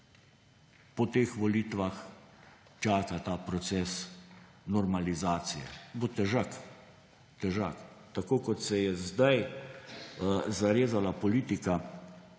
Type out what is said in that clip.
po teh volitvah čaka ta proces normalizacije. Bo težak, težak. Tako kot se je zdaj zarezala politika